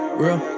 real